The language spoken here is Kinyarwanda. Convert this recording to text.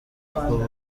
ubu